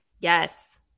Yes